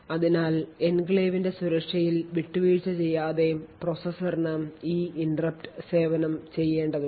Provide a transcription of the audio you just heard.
അതിനാൽ എൻക്ലേവിന്റെ സുരക്ഷയിൽ വിട്ടുവീഴ്ച ചെയ്യാതെ പ്രോസസ്സറിന് ഈ ഇന്ററപ്റ്റ് സേവനം ചെയ്യേണ്ടതുണ്ട്